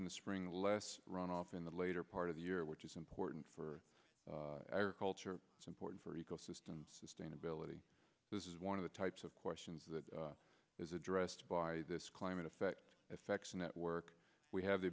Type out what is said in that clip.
in the spring and less runoff in the later part of the year which is important for agriculture it's important for ecosystems sustainability this is one of the types of questions that is addressed by this climate effect effects network we have the